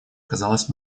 казалась